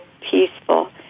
peaceful